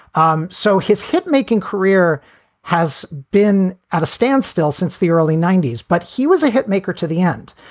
um so his hit making career has been at a standstill since the early ninety s. but he was a hit maker to the end.